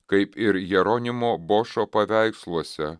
kaip ir jeronimo bošo paveiksluose